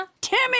Timmy